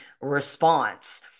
response